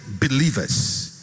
believers